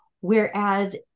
Whereas